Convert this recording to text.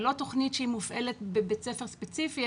היא לא תוכנית שמופעלת בבית ספר ספציפי,